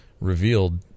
revealed